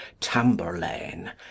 tamberlane